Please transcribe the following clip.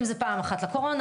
אם זה פעם אחת לקורונה,